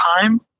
time